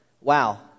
wow